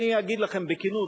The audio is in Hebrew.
אני אגיד לכם בכנות.